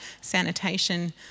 sanitation